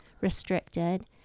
restricted